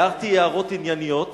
הערתי הערות ענייניות,